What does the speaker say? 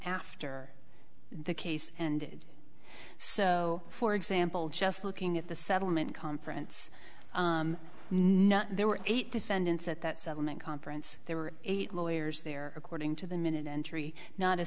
after the case ended so for example just looking at the settlement conference not there were eight defendants at that settlement conference there were eight lawyers there according to the minute entry not a